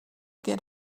get